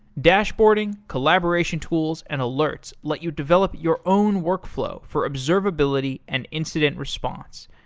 dashboarding, collaboration tools, and alerts let you develop your own workflow for observability and incident response.